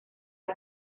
del